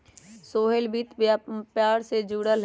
सोहेल वित्त व्यापार से जुरल हए